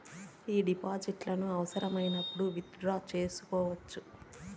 ఈ డిపాజిట్లను అవసరమైనప్పుడు విత్ డ్రా సేసుకోవచ్చా?